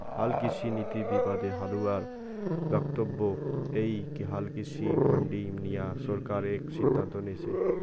হালকৃষিনীতি বিবাদে হালুয়ার বক্তব্য এ্যাই হালকৃষিত মান্ডি নিয়া সরকার একা সিদ্ধান্ত নিসে